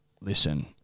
listen